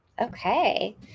Okay